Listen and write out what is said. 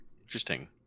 Interesting